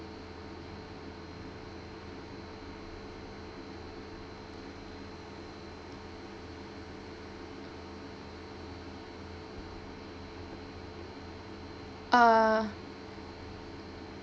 err